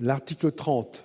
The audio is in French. L'article 30